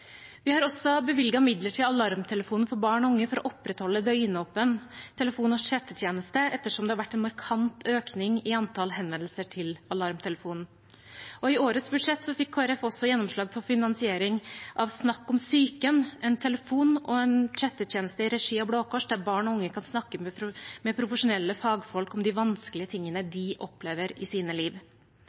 Vi har også bevilget midler til Alarmtelefonen for barn og unge for å opprettholde døgnåpen telefon- og chattetjeneste, ettersom det har vært en markant økning i antall henvendelser til alarmtelefonen. I årets budsjett fikk Kristelig Folkeparti også gjennomslag for finansiering av SnakkOmPsyken, en telefon- og chattetjeneste i regi av Blå Kors der barn og unge kan snakke med profesjonelle fagfolk om de vanskelige tingene de opplever i